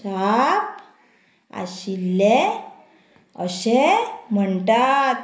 छाप आशिल्लें अशें म्हणटात